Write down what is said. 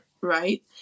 right